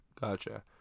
Gotcha